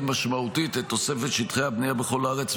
משמעותית את תוספת שטחי הבנייה בכל הארץ,